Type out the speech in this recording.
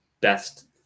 best